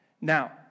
Now